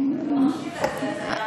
אם לא היה מכשיל את זה, אז זה היה אחרת.